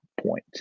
point